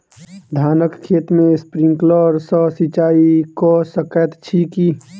धानक खेत मे स्प्रिंकलर सँ सिंचाईं कऽ सकैत छी की?